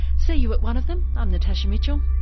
see you at one of them i'm natasha mitchell,